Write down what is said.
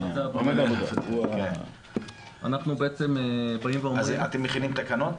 אז אתם מכינים תקנות?